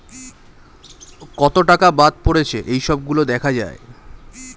কত টাকা বাদ পড়েছে এই সব গুলো দেখা যায়